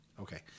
Okay